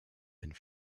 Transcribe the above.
and